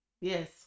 Yes